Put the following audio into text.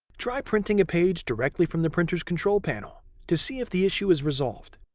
try printing a page directly from the printer's control panel to see if the issue is resolved.